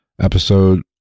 episode